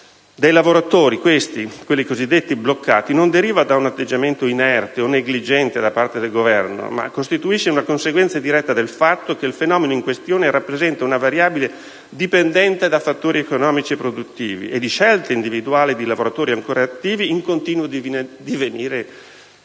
dei lavoratori cosiddetti bloccati non deriva da un atteggiamento inerte o negligente da parte del Governo, ma costituisce una conseguenza diretta del fatto che il fenomeno in questione rappresenta una variabile dipendente da fattori economici e produttivi e da scelte individuali di lavoratori ancora attivi in continuo divenire,